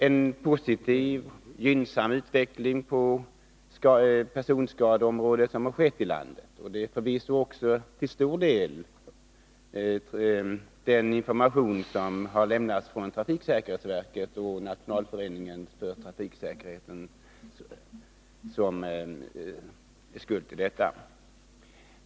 En positiv gynnsam utveckling på personskadeområdet har skett i vårt land. Det är förvisso till stor del den information som har lämnats från trafiksäkerhetsverket och Nationalföreningen för trafiksäkerhetens främjande som har förtjänsten härav.